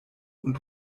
und